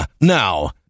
Now